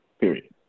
period